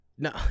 No